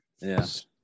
Yes